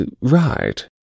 right